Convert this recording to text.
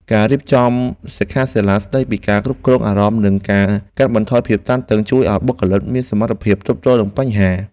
ការរៀបចំសិក្ខាសាលាស្តីពីការគ្រប់គ្រងអារម្មណ៍និងការកាត់បន្ថយភាពតានតឹង ជួយឱ្យបុគ្គលិកមានសមត្ថភាពទប់ទល់នឹងបញ្ហា។